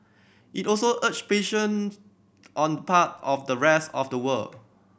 it also urged patience on the part of the rest of the world